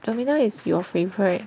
Terminal is your favourite